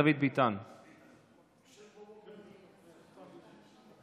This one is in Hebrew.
חבר הכנסת דוד ביטן.